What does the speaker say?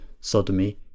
sodomy